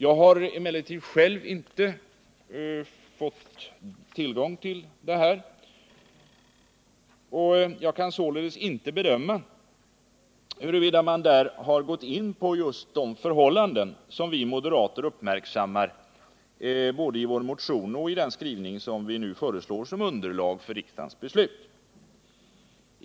Jag har emellertid inte själv fått tillgång till detta, och jag kan således inte bedöma huruvida man där har gått in på just de förhållanden som vi moderater uppmärksammar både i vår motion och i den skrivning vi nu föreslår som underlag för riksdagens beslut.